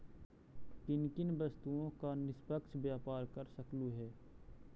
किन किन वस्तुओं का निष्पक्ष व्यापार कर सकलू हे